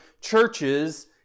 churches